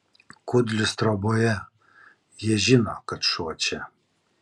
kudlius troboje jie žino kad šuo čia